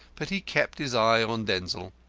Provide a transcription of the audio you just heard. but he kept his eye on denzil.